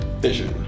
vision